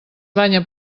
banya